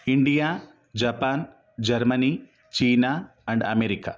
India Japan Germany China and America